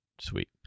Sweet